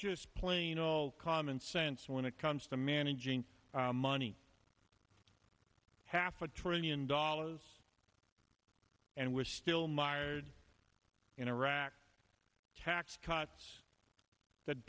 just plain old common sense when it comes to managing money half a trillion dollars and we're still mired in iraq tax cuts that